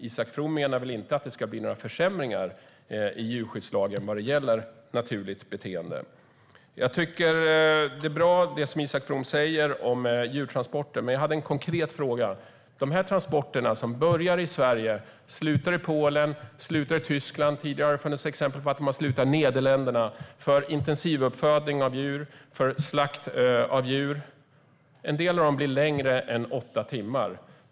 Isak From menar väl inte att det ska bli några försämringar i djurskyddslagen vad gäller naturligt beteende. Det Isak From säger om djurtransporter är bra, men jag hade en konkret fråga. De transporter som börjar i Sverige och slutar i Polen, Tyskland och tidigare även Nederländerna för intensivuppfödning av djur och slakt av djur blir ibland längre än åtta timmar.